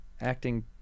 acting